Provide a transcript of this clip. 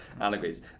allegories